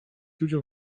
ludziom